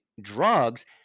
drugs